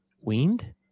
Weaned